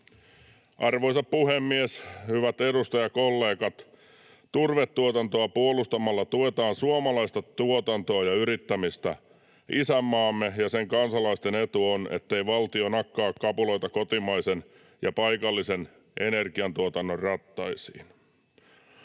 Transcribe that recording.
Arvoisa puhemies! Hyvät edustajakollegat! Turvetuotantoa puolustamalla tuetaan suomalaista tuotantoa ja yrittämistä. Isänmaamme ja sen kansalaisten etu on, ettei valtio nakkaa kapuloita kotimaisen ja paikallisen energiantuotannon rattaisiin.